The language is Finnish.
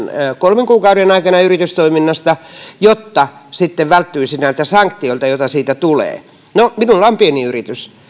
kolmen kuukauden aikana yritystoiminnasta jotta sitten välttyisi näiltä sanktioilta joita siitä tulee no minulla on pieni yritys